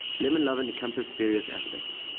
lemon lovin' encompassed various aspects.